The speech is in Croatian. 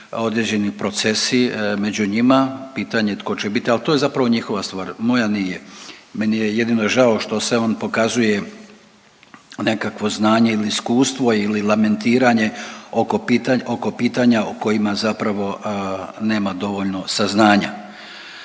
određeni procesi među njima, pitanje je tko će biti, ali to je zapravo njihova stvar, moja nije. Meni je jedino žao što se on pokazuje nekakvo znanje ili iskustvo ili lamentiranje oko pitanja o kojima zapravo nema dovoljno saznanja.